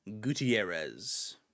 Gutierrez